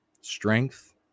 strength